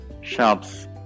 shops